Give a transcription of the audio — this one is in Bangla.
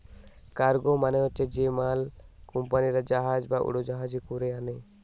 কার্গো মানে হচ্ছে যে মাল কুম্পানিরা জাহাজ বা উড়োজাহাজে কোরে আনে